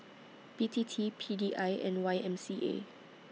B T T P D I and Y M C A